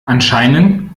anscheinend